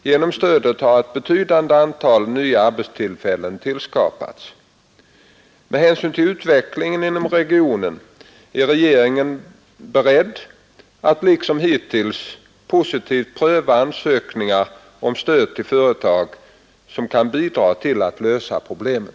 Genom stödet har ett betydande antal nya arbetstillfällen tillskapats. Med hänsyn till utvecklingen inom regionen är regeringen beredd att liksom hittills positivt pröva ansökningar om stöd till företag som kan bidra till att lösa problemen.